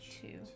Two